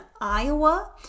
Iowa